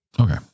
okay